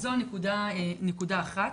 אז זו נקודה אחת.